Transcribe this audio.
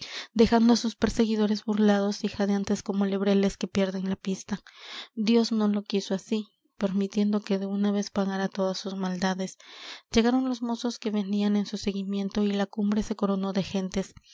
dejando á sus perseguidores burlados y jadeantes como lebreles que pierden la pista dios no lo quiso así permitiendo que de una vez pagara todas sus maldades llegaron los mozos que venían en su seguimiento y la cumbre se coronó de gentes